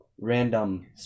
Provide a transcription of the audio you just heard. random